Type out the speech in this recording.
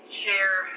share